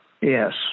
Yes